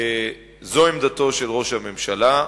זו עמדתו של ראש הממשלה,